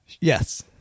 Yes